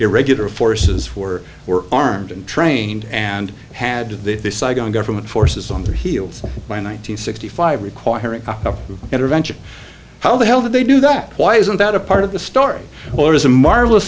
these irregular forces were were armed and trained and had to saigon government forces on their heels by nine hundred sixty five requiring intervention how the hell did they do that why isn't that a part of the story or is a marvelous